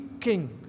king